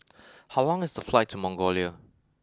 how long is the flight to Mongolia